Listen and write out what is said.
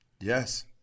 Yes